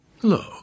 hello